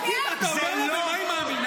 תגיד, אתה אומר לה במה היא מאמינה?